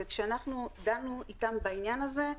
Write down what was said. וכשאנחנו דנו איתם בעניין הזה,